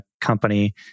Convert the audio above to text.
company